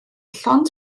llond